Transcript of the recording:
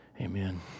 Amen